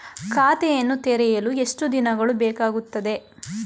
ಖಾತೆಯನ್ನು ತೆರೆಯಲು ಎಷ್ಟು ದಿನಗಳು ಬೇಕಾಗುತ್ತದೆ?